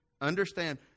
understand